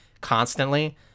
constantly